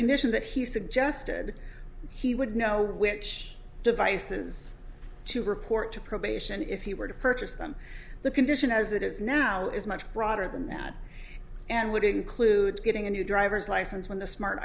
condition that he suggested he would know which devices to report to probation if he were to purchase them the condition as it is now is much broader than that and would include getting a new driver's license when the smart